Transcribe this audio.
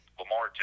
Lamar